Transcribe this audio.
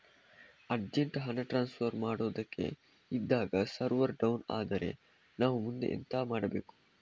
Urgent ಹಣ transfer ಮಾಡೋದಕ್ಕೆ ಇದ್ದಾಗ ಸರ್ವರ್ ಡೌನ್ ಆದರೆ ನಾವು ಮುಂದೆ ಎಂತ ಮಾಡಬೇಕು?